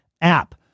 app